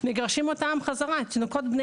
מגרשים אותם חזרה עם תינוקות.